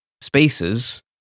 spaces